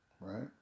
Right